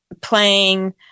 playing